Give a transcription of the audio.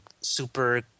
Super